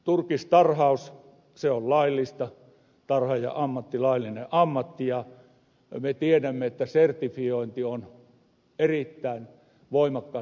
turkistarhaus on laillista tarhaajan ammatti laillinen ammatti ja me tiedämme että sertifiointi on erittäin voimakkaasti lisääntynyt